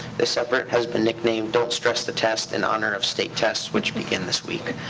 this effort has been nicknamed don't stress the test in honor of state tests which begin this week.